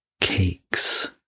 cakes